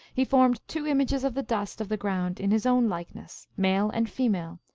he formed two images of the dust of the ground in his own likeness, male and female,